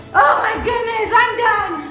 oh my goodness, i'm done!